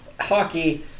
hockey